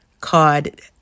card